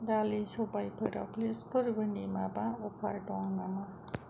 दालि सबायफोराव फोरबोनि माबा अफार दङ नामा